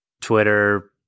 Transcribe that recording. twitter